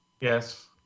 Yes